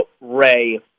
Ray